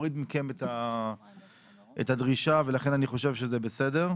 ומוריד מכם את הדרישה, ולכן אני חושב שזה בסדר.